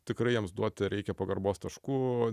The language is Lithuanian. tikrai jiems duoti reikia pagarbos taškų